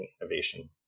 innovation